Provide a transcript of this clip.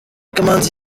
kamanzi